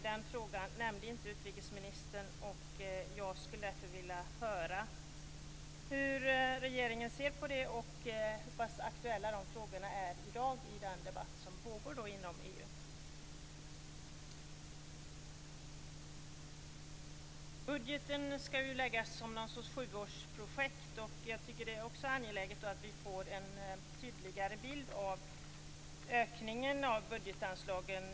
Den frågan nämnde inte utrikesministern. Jag skulle därför vilja höra hur regeringen ser på detta och hur aktuell den frågan är i dag i den debatt som pågår inom EU. Budgeten skall läggas som något slags sjuårsprojekt. Det är angeläget att vi får en tydligare bild av ökningen av budgetanslagen.